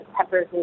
peppers